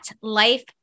life